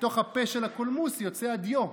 מתוך הפה של הקולמוס יוצא הדיו,